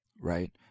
right